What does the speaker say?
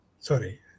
Sorry